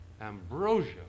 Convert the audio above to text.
ambrosia